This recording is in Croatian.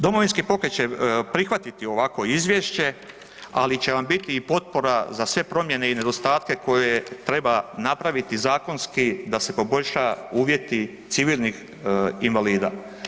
Domovinski pokret će prihvatiti ovakvo izvješće ali će vam biti i potpora za sve promjene i nedostatke koje treba napraviti zakonski da se poboljša uvjeti civilnih invalida.